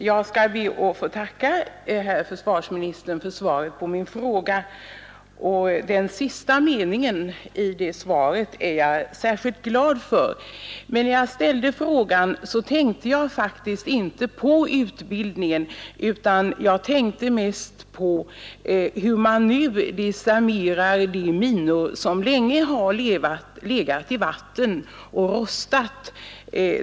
Herr talman! Jag ber att få tacka herr försvarsministern för svaret på min fråga. Den sista meningen i svaret är jag särskilt glad över, men när jag ställde frågan tänkte jag faktiskt inte på utbildningen utan mest på hur man i dag desarmerar de minor, som länge har legat i vatten och rostat.